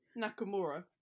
nakamura